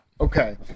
Okay